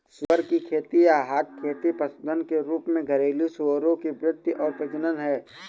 सुअर की खेती या हॉग खेती पशुधन के रूप में घरेलू सूअरों की वृद्धि और प्रजनन है